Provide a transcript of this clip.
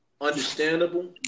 understandable